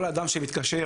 כל אדם שמתקשר,